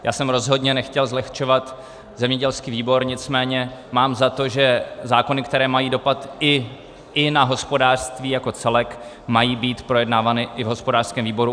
Já jsem rozhodně nechtěl zlehčovat zemědělský výbor, nicméně mám za to, že zákony, které mají dopad i na hospodářství jako celek, mají být projednávány i v hospodářském výboru.